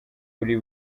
buri